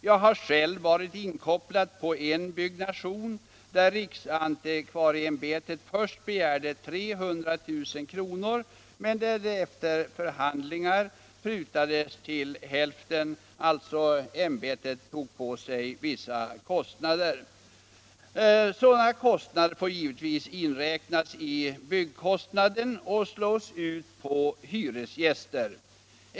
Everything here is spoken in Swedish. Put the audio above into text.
Jag har själv varit inkopplad på en byggnation där riksantikvarieämbetet först begärde 300 000 kr., men där det beloppet efter förhandlingar prutades till hälften. Sådana kostnader får givetvis inräknas i byggkostnaden och slås ut på hyresgäster.